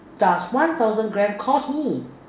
does one thousand grams cost me